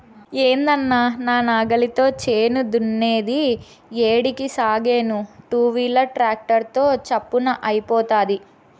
ఏందన్నా నా నాగలితో చేను దున్నేది ఏడికి సాగేను టూవీలర్ ట్రాక్టర్ తో చప్పున అయిపోతాది